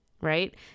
right